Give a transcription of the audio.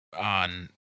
on